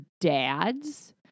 dads